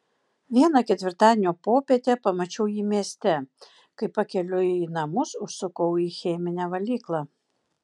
vieną ketvirtadienio popietę pamačiau jį mieste kai pakeliui į namus užsukau į cheminę valyklą